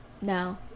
No